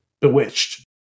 bewitched